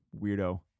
weirdo